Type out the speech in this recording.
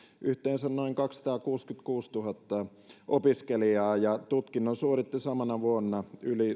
yhteensä noin kaksisataakuusikymmentäkuusituhatta opiskelijaa ja tutkinnon suoritti samana vuonna yli